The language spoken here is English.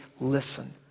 listen